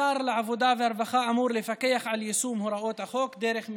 שר העבודה והרווחה אמור לפקח על יישום הוראות החוק דרך מפקחים,